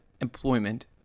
employment